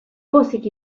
pozik